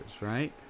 right